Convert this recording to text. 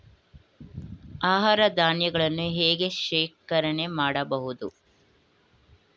ಆಹಾರ ಧಾನ್ಯಗಳನ್ನು ಹೇಗೆ ಶೇಖರಣೆ ಮಾಡಬಹುದು?